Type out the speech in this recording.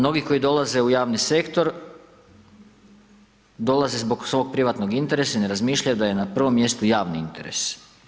Novi koji dolaze u javni sektor, dolaze zbog svog privatnog interesa i ne razmišljaju da je na prvom mjestu javni interes.